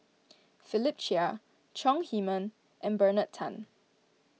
Philip Chia Chong Heman and Bernard Tan